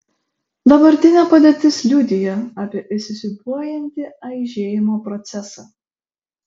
dabartinė padėtis liudija apie įsisiūbuojantį aižėjimo procesą